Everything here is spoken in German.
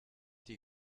die